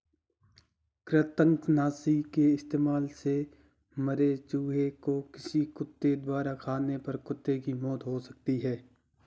कृतंकनाशी के इस्तेमाल से मरे चूहें को किसी कुत्ते द्वारा खाने पर कुत्ते की मौत हो सकती है